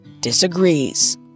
disagrees